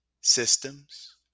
systems